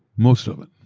most of it.